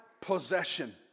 possession